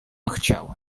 chciał